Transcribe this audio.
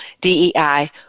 DEI